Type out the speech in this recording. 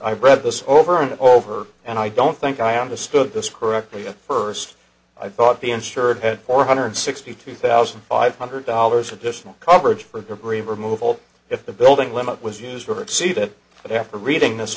i've read this over and over and i don't think i understood this correctly at first i thought the insured had four hundred sixty two thousand five hundred dollars additional coverage for green removal if the building limit was used for her to see that but after reading this